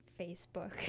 facebook